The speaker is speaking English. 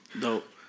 Dope